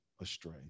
astray